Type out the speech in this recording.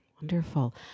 Wonderful